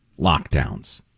lockdowns